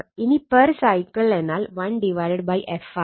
ഇനി per cycle എന്നാൽ 1 f ആണ്